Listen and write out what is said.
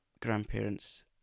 grandparents